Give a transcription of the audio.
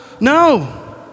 No